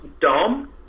dumb